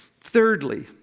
Thirdly